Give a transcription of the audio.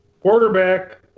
Quarterback